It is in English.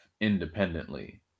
independently